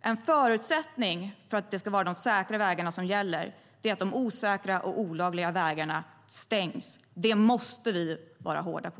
en förutsättning för att det ska vara de säkra vägarna som gäller är att de osäkra och olagliga vägarna stängs. Det måste vi vara hårda på.